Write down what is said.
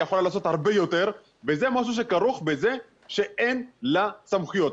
היא יכולה לעשות הרבה יותר וזה משהו שכרוך בזה שאין לה סמכויות.